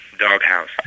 doghouse